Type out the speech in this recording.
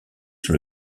sur